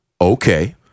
okay